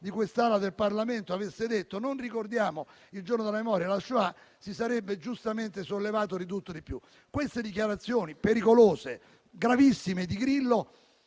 di quest'ala del Parlamento avesse detto di non ricordare il Giorno della memoria e la Shoah: si sarebbe giustamente sollevato di tutto e di più. Queste dichiarazioni pericolose e gravissime di Grillo